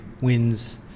wins